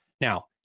Now